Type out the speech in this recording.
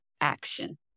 action